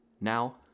Now